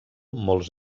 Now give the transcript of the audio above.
molts